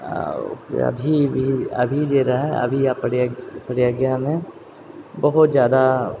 अऽ अभी भी अभी जे रहै अभी आओर प्रग प्रज्ञामे बहुत जादा